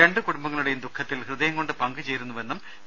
രണ്ടു കുടുംബങ്ങളുടെയും ദുഃഖത്തിൽ ഹൃദയംകൊണ്ട് പങ്കുചേരുന്നുവെന്നും വി